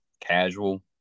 casual